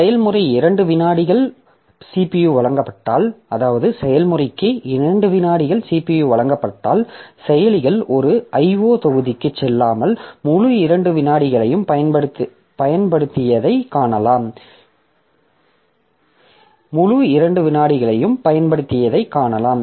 செயல்முறைக்கு 2 விநாடிகள் CPU வழங்கப்பட்டால் செயலிகள் ஒரு IO தொகுதிக்குச் செல்லாமல் முழு இரண்டு விநாடிகளையும் பயன்படுத்தியதைக் காணலாம்